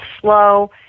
slow